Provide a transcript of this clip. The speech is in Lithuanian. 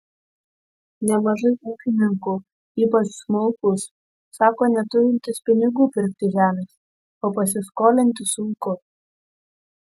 nemažai ūkininkų ypač smulkūs sako neturintys pinigų pirkti žemės o pasiskolinti sunku